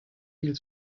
viel